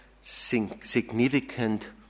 significant